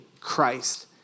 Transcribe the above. Christ